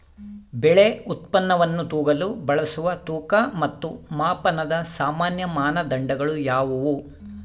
ಬೆಳೆ ಉತ್ಪನ್ನವನ್ನು ತೂಗಲು ಬಳಸುವ ತೂಕ ಮತ್ತು ಮಾಪನದ ಸಾಮಾನ್ಯ ಮಾನದಂಡಗಳು ಯಾವುವು?